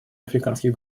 африканских